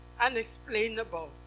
unexplainable